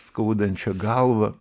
skaudančia galva